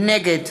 נגד